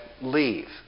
leave